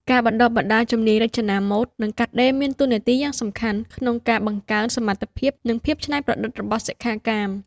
ការបណ្តុះបណ្តាលជំនាញរចនាម៉ូដ និងកាត់ដេរមានតួនាទីយ៉ាងសំខាន់ក្នុងការ បង្កើនសមត្ថភាព និងភាពច្នៃប្រឌិត របស់សិក្ខាកាម។